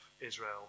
Israel